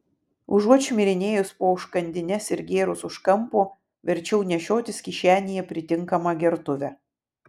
užuot šmirinėjus po užkandines ir gėrus už kampo verčiau nešiotis kišenėje pritinkamą gertuvę